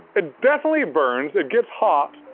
it definitely burns, it gets hot.